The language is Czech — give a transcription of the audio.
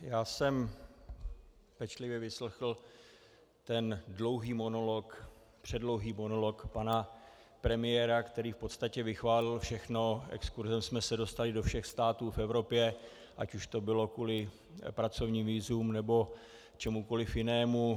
Já jsem pečlivě vyslechl ten dlouhý monolog, předlouhý monolog pana premiéra, který v podstatě vychválil všechno, exkurzem jsme se dostali do všech států v Evropě, ať už to bylo kvůli pracovním vízům, nebo čemukoliv jinému.